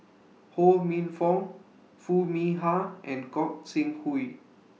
Ho Minfong Foo Mee Har and Gog Sing Hooi